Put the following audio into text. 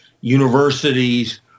Universities